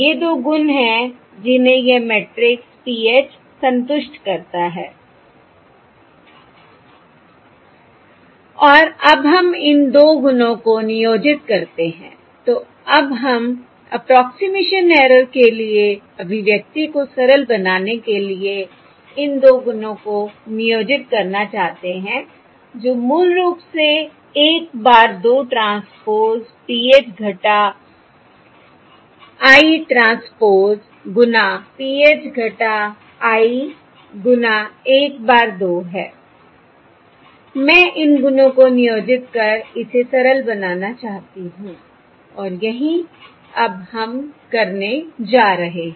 ये दो गुण हैं जिन्हें यह मैट्रिक्स PH संतुष्ट करता है और अब हम इन दो गुणों को नियोजित करते हैं तो अब हम अप्रोक्सिमेशन ऐरर के लिए अभिव्यक्ति को सरल बनाने के लिए इन दो गुणों को नियोजित करना चाहते हैं जो मूल रूप से 1 bar 2 transpose PH - I transpose गुना PH - I गुना 1 bar 2 है I मैं इन गुणों को नियोजित कर इसे सरल बनाना चाहती हूं और यही अब हम करने जा रहे हैं